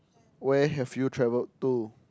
where have you travelled to